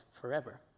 forever